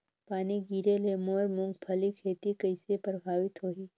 पानी गिरे ले मोर मुंगफली खेती कइसे प्रभावित होही?